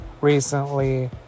recently